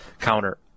counter